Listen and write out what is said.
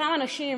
כמה נשים.